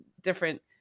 different